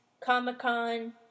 Comic-Con